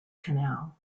canal